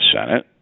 Senate